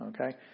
Okay